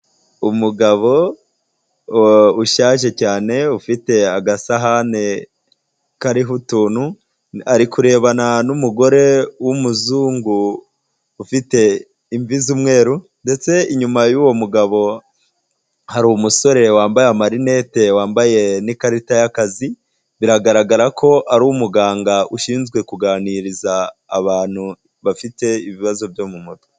Umugabo ushaje cyane ufite agasahani karih’utuntu, ari kurebana n’umugore w’umuzungu ufite imvi z’umweru, ndetse inyuma y’uwo mugabo, har’umusore wambaye amarinette, wambaye n'ikarita y'akazi biragaragara ko ari umuganga ushinzwe kuganiriza abantu bafite ibibazo byo mu mutwe.